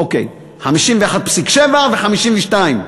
הפוך, אוקיי, 51.7 ו-52.